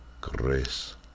Grace